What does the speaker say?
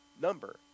number